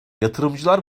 yatırımcılar